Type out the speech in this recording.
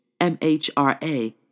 MHRA